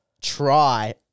try